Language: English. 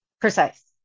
Precise